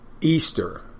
Easter